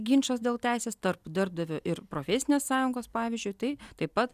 ginčas dėl teisės tarp darbdavio ir profesinės sąjungos pavyzdžiui tai taip pat